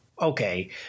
okay